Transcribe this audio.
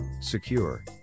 secure